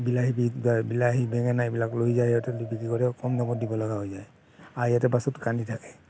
বিলাহী বিন বা বিলাহী বেঙেনা এইবিলাক লৈ যায় সিহঁতে নি বিক্ৰী কৰে কম দামত দিব লগা হৈ যায় আৰু সিহঁতে পাছত কান্দি থাকে